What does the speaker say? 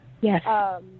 Yes